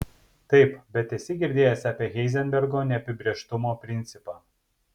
taip bet esi girdėjęs apie heizenbergo neapibrėžtumo principą